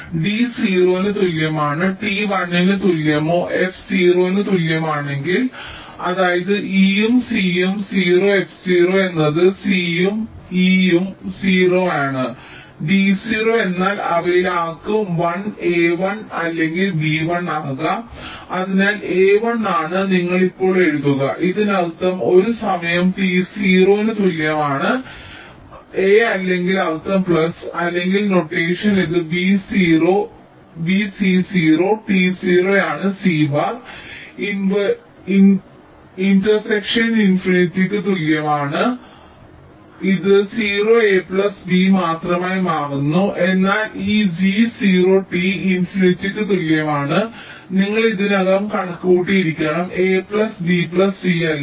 അതിനാൽ d 0 ന് തുല്യമാണ് t 1 ന് തുല്യമോ f 0 ന് തുല്യമാണെങ്കിൽ അതായത് e യും c യും 0 f 0 എന്നാൽ c യും e യും 0 ആണ് d 0 എന്നാൽ അവയിൽ ആർക്കും 1 a 1 അല്ലെങ്കിൽ b 1 ആകാം അതിനാൽ a 1 ആണ് നിങ്ങൾ ഇപ്പോൾ എഴുതുക ഇതിനർത്ഥം ഒരു സമയം t 0 ന് തുല്യമാണ് ഇതിനർത്ഥം a അല്ലെങ്കിൽ അർത്ഥം പ്ലസ് അല്ലെങ്കിൽ നൊട്ടേഷൻ ഇത് b c 0 t 0 ആണ് c ബാർ ഇന്റർസെക്ഷൻ ഫൈ ഇത് 0 a പ്ലസ് b മാത്രമായി മാറുന്നു എന്നാൽ ഈ g 0 t ഇൻഫിനിറ്റിക് തുല്യമാണ് നിങ്ങൾ ഇതിനകം കണക്കുകൂട്ടിയിരിക്കണം a plus b plus c അല്ല